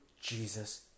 Jesus